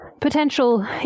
potential